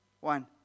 One